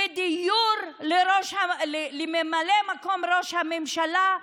ודיור לממלא מקום ראש הממשלה,